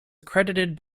accredited